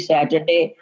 Saturday